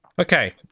Okay